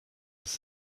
was